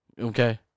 okay